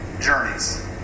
journeys